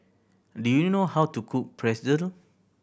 do you know how to cook